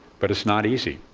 but it's not easy.